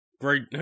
Great